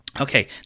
Okay